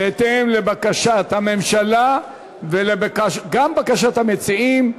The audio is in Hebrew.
בהתאם לבקשת הממשלה וגם לבקשת המציעים,